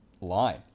line